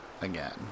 again